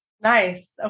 Nice